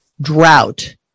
drought